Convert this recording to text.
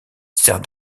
sert